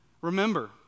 Remember